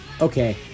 Okay